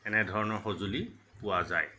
এনেধৰণৰ সঁজুলি পোৱা যায়